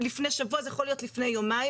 לפני שבוע, זה יכול להיות לפני יומיים'